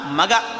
maga